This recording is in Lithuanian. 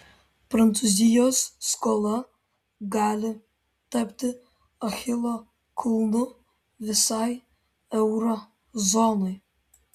prancūzijos skola gali tapti achilo kulnu visai euro zonai